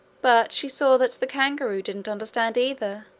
but she saw that the kangaroo didn't understand either,